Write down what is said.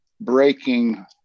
breaking